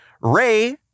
Ray